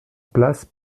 place